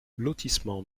lotissement